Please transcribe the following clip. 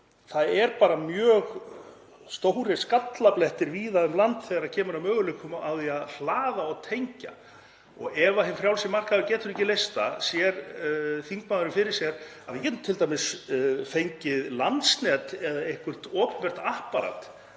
það eru bara mjög stórir skallablettir víða um land þegar kemur að möguleikum á því að hlaða og tengja. Og ef hinn frjálsi markaður getur ekki leyst það sér þingmaðurinn fyrir sér að við getum t.d. fengið Landsnet eða eitthvert opinbert apparat